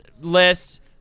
list